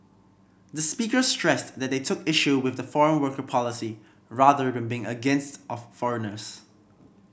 the speakers stressed that they took issue with the foreign worker policy rather than being against of foreigners